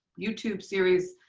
youtube series,